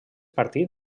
partit